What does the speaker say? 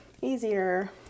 easier